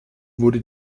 wurde